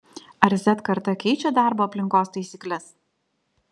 ar z karta keičia darbo aplinkos taisykles